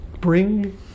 bring